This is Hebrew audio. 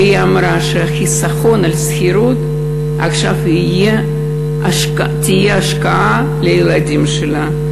והיא אמרה שהחיסכון של השכירות יהיה עכשיו השקעה בילדים שלה.